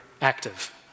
active